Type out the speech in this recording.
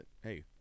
hey